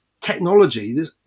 technology